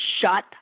shut